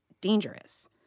dangerous